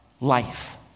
life